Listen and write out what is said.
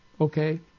okay